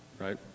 Right